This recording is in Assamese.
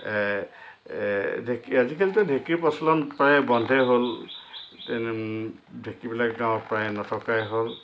ঢেঁকী আজিকালিতো ঢেঁকীৰ প্ৰচলন প্ৰায় বন্ধই হ'ল ঢেঁকীবিলাক প্ৰায় গাঁৱত নথকাই হ'ল